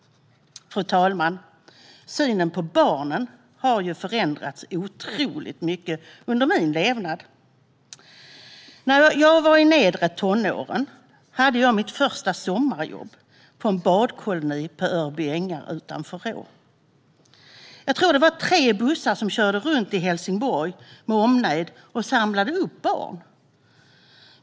Fru talman! Synen på barnen har förändrats otroligt mycket under min levnad. När jag var i nedre tonåren hade jag mitt första sommarjobb på en badkoloni på Örby ängar utanför Råå. Jag tror att det var tre bussar som körde runt i Helsingborg med omnejd och samlade upp barn.